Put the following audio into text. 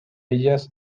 ellas